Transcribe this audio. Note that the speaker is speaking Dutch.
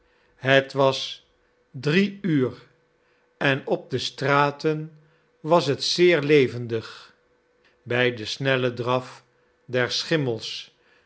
het was drie uur en op de straten was het zeer levendig bij den snellen draf der schimmels